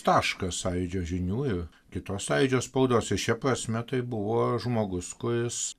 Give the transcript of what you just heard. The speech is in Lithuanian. taškas sąjūdžio žinių ir kitos sąjūdžio spaudos ir šia prasme tai buvo žmogus kuris